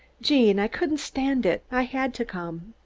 gene, i couldn't stand it. i had to come.